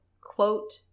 quote